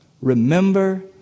Remember